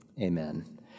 amen